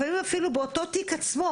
לפעמים אפילו באותו תיק עצמו,